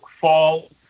fall